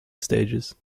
stages